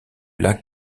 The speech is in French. lac